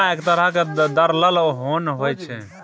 दलिया एक तरहक दरलल ओन होइ छै